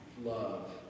love